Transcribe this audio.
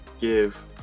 give